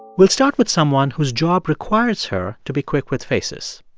we'll start with someone whose job requires her to be quick with faces.